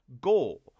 goal